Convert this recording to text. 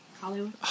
Hollywood